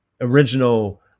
original